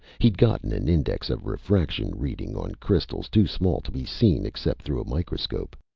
he'd gotten an index-of-refraction reading on crystals too small to be seen except through a microscope.